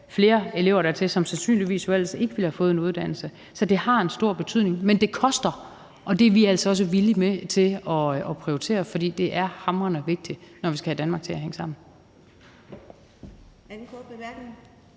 flere elever dertil, som sandsynligvis ellers ikke ville have fået en uddannelse. Så det har en stor betydning, men det koster, og det er vi altså også villige til at prioritere, for det er hamrende vigtigt, når vi skal have Danmark til at hænge sammen.